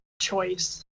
choice